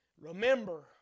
Remember